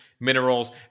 minerals